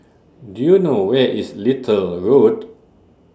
Do YOU know Where IS Little Road